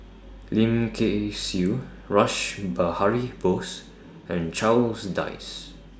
Lim Kay Siu Rash Behari Bose and Charles Dyce